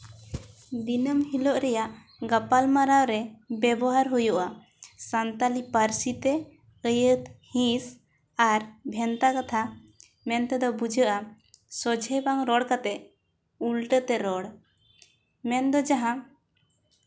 ᱫᱤᱱᱟᱹᱢ ᱦᱤᱞᱳᱜ ᱨᱮᱭᱟᱜ ᱜᱟᱯᱟᱞᱢᱟᱨᱟᱣ ᱨᱮ ᱵᱮᱵᱚᱦᱟᱨ ᱦᱩᱭᱩᱜᱼᱟ ᱥᱟᱱᱛᱟᱲᱤ ᱯᱟᱹᱨᱥᱤᱛᱮ ᱟᱹᱭᱟᱹᱛ ᱦᱤᱸᱥ ᱟᱨ ᱵᱷᱮᱱᱛᱟ ᱠᱟᱛᱷᱟ ᱢᱮᱱ ᱛᱮᱫᱚ ᱵᱩᱡᱷᱟᱹᱜᱼᱟ ᱥᱳᱡᱷᱮᱛᱮ ᱵᱟᱝ ᱨᱚᱲ ᱠᱟᱛᱮᱫ ᱩᱞᱴᱟᱹᱛᱮ ᱨᱚᱲ ᱢᱮᱱ ᱫᱚ ᱡᱟᱦᱟᱸ